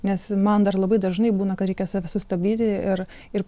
nes man dar labai dažnai būna kai reikia save sustabdyti ir ir